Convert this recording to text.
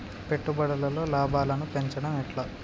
పెట్టుబడులలో లాభాలను పెంచడం ఎట్లా?